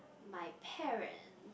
my parent